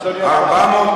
אדוני השר,